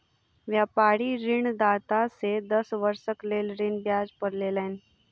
व्यापारी ऋणदाता से दस वर्षक लेल ऋण ब्याज पर लेलैन